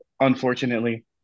Unfortunately